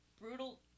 brutal